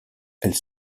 elles